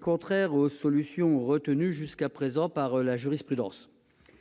contraire aux solutions retenues jusqu'à présent par la jurisprudence.